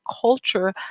culture